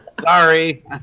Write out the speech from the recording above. sorry